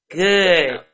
good